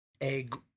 egg